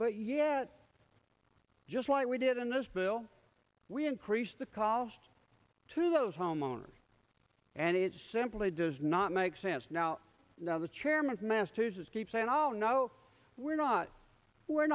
but yet just like we did in this bill we increased the cost to those homeowners and it simply does not make sense now now the chairman's masters's keep saying no no we're not we're